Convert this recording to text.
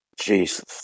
Jesus